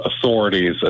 authorities